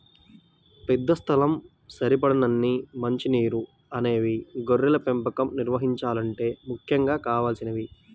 పెద్ద స్థలం, సరిపడినన్ని మంచి నీరు అనేవి గొర్రెల పెంపకం నిర్వహించాలంటే ముఖ్యంగా కావలసినవి